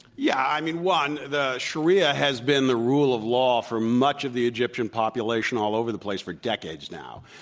yeah, i mean, one, the sharia has been the rule of law for much of the egyptian population all over the place for decades now.